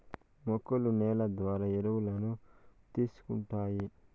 మొక్కలు నేల ద్వారా ఎరువులను తీసుకుంటాయి